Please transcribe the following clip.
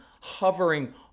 hovering